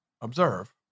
observe